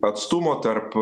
atstumo tarp